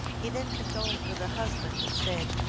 he then condoled with the husband, but said,